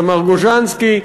ותמר גוז'נסקי,